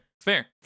fair